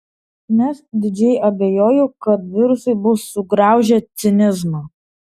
nes didžiai abejoju kad virusai bus sugraužę cinizmą